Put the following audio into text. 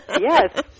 Yes